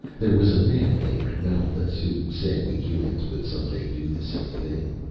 there was a man named malthus who said we humans would some day do the same thing.